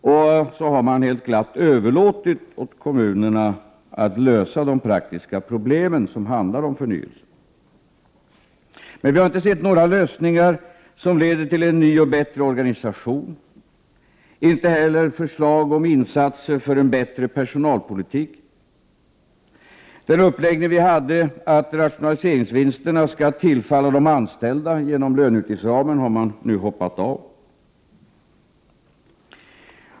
Och så har man helt glatt överlåtit åt kommunerna att lösa de praktiska problem som handlar om förnyelse. Vi har inte sett några lösningar som leder till en ny och bättre organisation, inte heller förslag om insatser för en bättre personalpolitik. Den uppläggning vi hade, att rationaliseringsvinsterna skall tillfalla de anställda genom löneutgiftsramen, har man nu hoppat av.